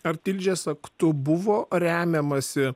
ar tilžės aktu buvo remiamasi